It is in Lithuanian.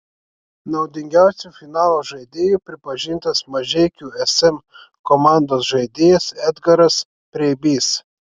naudingiausiu finalo žaidėju pripažintas mažeikių sm komandos žaidėjas edgaras preibys